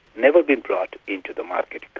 never been brought into the marketplace.